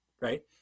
right